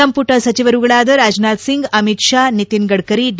ಸಂಪುಟ ಸಚಿವರುಗಳಾದ ರಾಜನಾಥಸಿಂಗ್ ಅಮಿತ್ ಶಾ ನಿತಿನ್ ಗಡ್ಕರಿ ಡಿ